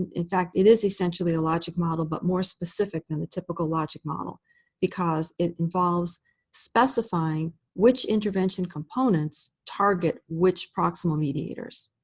and in fact, it is essentially, a logic model, but more specific than the typical logic model because it involves specifying which intervention components target which proximal mediators.